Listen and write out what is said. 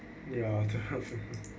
ya to have